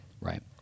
right